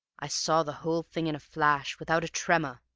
i saw the whole thing in a flash, without a tremor,